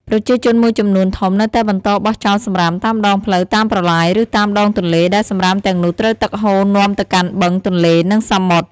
ប្រជាជនមួយចំនួនធំនៅតែបន្តបោះចោលសំរាមតាមដងផ្លូវ តាមប្រឡាយ ឬតាមដងទន្លេ ដែលសំរាមទាំងនោះត្រូវទឹកហូរនាំទៅកាន់បឹង ទន្លេ និងសមុទ្រ។